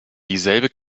dieselbe